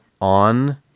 on